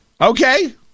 okay